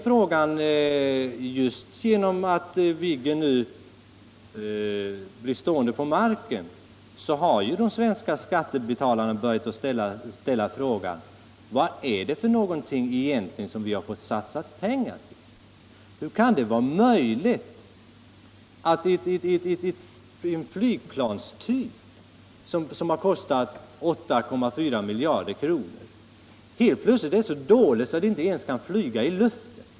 Och just på grund av att Viggen blev stående på marken en tid har de svenska skattebetalarna börjat fråga: Vad är det egentligen vi har satsat pengar på? Hur kan det vara möjligt att denna typ av flygplan, som har kostat 8,4 miljarder, helt plötsligt är så dålig att planen inte ens kan flyga?